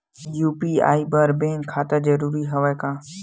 UPI बर bank खाता जरूरी हवय का?